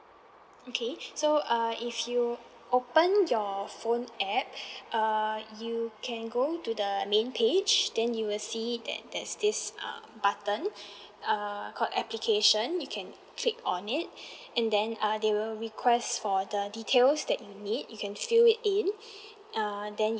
okay so uh if you open your phone app uh you can go to the main page then you will see that there's this uh button uh called application you can click on it and then uh they will request for the details that you need you can fill it in err then